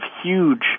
huge